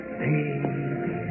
baby